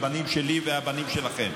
הבנים שלי והבנים שלכם.